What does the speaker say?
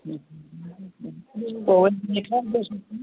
पोइ वरी